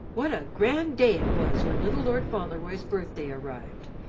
what a grand day it was when little lord fauntleroy's birthday arrived,